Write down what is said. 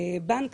בנק,